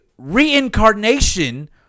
reincarnation